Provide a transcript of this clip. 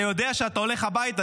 אתה יודע שאתה הולך הביתה.